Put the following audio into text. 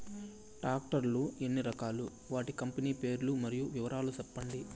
Tractor లు ఎన్ని రకాలు? వాటి కంపెని పేర్లు మరియు వివరాలు సెప్పండి?